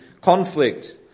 conflict